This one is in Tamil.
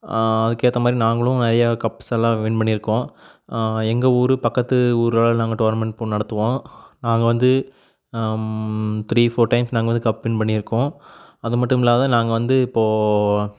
அதுக்கேற்ற மாதிரி நாங்களும் நிறையா கப்ஸ் எல்லாம் வின் பண்ணியிருக்கோம் எங்கள் ஊர் பக்கத்து ஊர்லேலாம் நாங்கள் டோர்ணமென்ட் நடத்துவோம் நாங்கள் வந்து த்ரீ ஃபோர் டைம்ஸ் நாங்கள் வந்து கப் வின் பண்ணியிருக்கோம் அதுமட்டும் இல்லாத நாங்கள் வந்து இப்போது